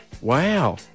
Wow